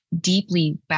deeply